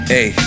Hey